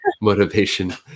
motivation